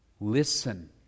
Listen